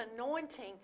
anointing